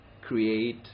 create